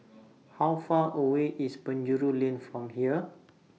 How Far away IS Penjuru Lane from here